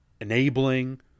enabling